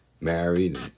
married